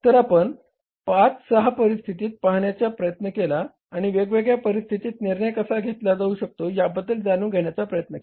तर आपण या 5 6 परिस्थिती पाहण्याचा प्रयत्न केला आणि वेगवेगळ्या परिस्थितीत निर्णय कसा घेतला जाऊ शकतो याबद्दल जाणून घेण्याचा प्रयत्न केला